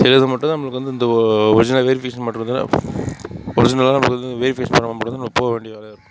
சிலது மட்டும் நம்மளுக்கு வந்து இந்த ஒரிஜினலாக வெரிஃபிகேஷன் பண்ணுறத்துக்கு ஒரிஜினலாக நமக்கு வந்து வெரிஃபிகேஷன் பண்ணிணா மட்டும் தான் நம்ம போக வேண்டிய வேலை இருக்கும்